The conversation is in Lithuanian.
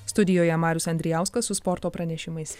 studijoje marius andrijauskas su sporto pranešimais